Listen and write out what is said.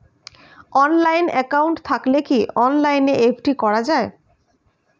Online account থাকলে কি অনলাইনে এফ.ডি করা যায়?